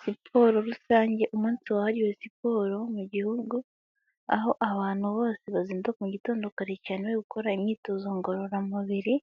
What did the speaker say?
Siporo rusange umunsi wahariwe siporo mu Gihugu aho abantu bose bazinduka mu gitondo kare cyane gukora imyitozo ngororamubiri,